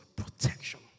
protection